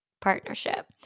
partnership